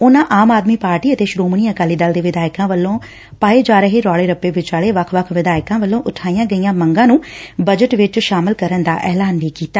ਉਨੂਾ ਆਮ ਆਦਮੀ ਪਾਰਟੀ ਅਤੇ ਸ੍ਹੋਮਣੀ ਅਕਾਲੀ ਦਲ ਦੇ ਵਿਧਾਇਕਾਂ ਵੱਲੋਂ ਪਾਏ ਜਾ ਰਹੇ ਰੌਲੇ ਰੱਪੇ ਵਿਚਾਲੇ ਵੱਖ ਵਿਧਾਇਕਾਂ ਵੱਲੋਂ ਉਠਾਈਆਂ ਗਈਆਂ ਮੰਗਾਂ ਨੂੰ ਬਜਟ ਵਿਚ ਸ਼ਾਮਲ ਕਰਨ ਦਾ ਐਲਾਨ ਵੀ ਕੀਤਾ